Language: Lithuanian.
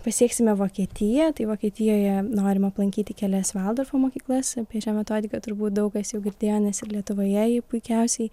pasieksime vokietiją tai vokietijoje norim aplankyti kelias valdorfo mokyklas apie šią metodiką turbūt daug kas jau girdėjo nes ir lietuvoje ji puikiausiai